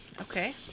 Okay